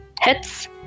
Hits